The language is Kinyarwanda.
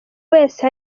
wese